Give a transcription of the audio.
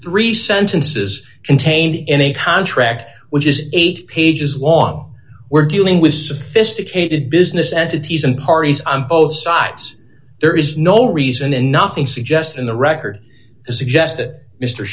three sentences contained in a contract which is eight pages long we're dealing with sophisticated business entities and parties on both sides there is no reason and nothing suggest in the record